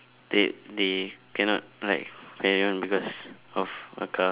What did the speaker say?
they they cannot like carry on because of a car